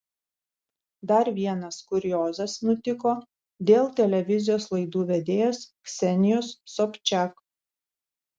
dar vienas kuriozas nutiko dėl televizijos laidų vedėjos ksenijos sobčiak